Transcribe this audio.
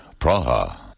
Praha